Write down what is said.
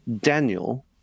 Daniel